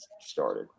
started